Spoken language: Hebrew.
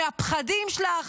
מהפחדים שלך,